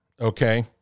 okay